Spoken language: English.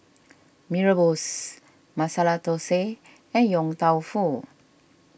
Mee Rebus Masala Thosai and Yong Tau Foo